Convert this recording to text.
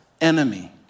enemy